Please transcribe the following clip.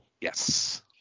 Yes